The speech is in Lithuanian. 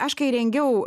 aš kai rengiau